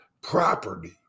property